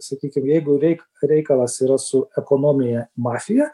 sakykim jeigu reik reikalas yra su ekonomija mafija